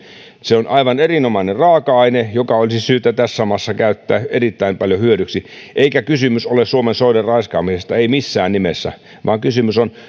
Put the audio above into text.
se on aivan erinomainen raaka aine jota olisi syytä tässä maassa käyttää erittäin paljon hyödyksi eikä kysymys ole suomen soiden raiskaamisesta ei missään nimessä vaan kysymys on